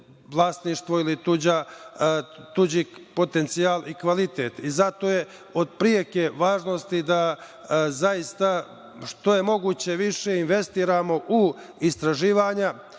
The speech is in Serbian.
vlasništvo ili tuđi potencijal, kvalitet. Zato je od preke važnosti da zaista što je moguće više investiramo u istraživanja,